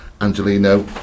Angelino